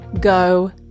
go